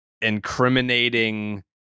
incriminating